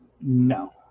No